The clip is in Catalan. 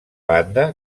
banda